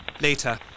Later